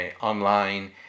online